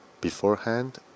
Beforehand